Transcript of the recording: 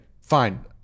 fine